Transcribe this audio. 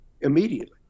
immediately